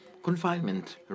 Confinement